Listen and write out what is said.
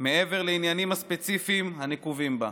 מעבר לעניינים הספציפיים הנקובים בה.